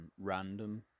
random